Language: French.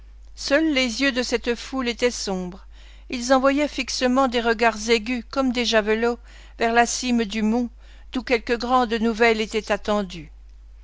seuls les yeux de cette foule étaient sombres ils envoyaient fixement des regards aigus comme des javelots vers la cime du mont d'où quelque grande nouvelle était attendue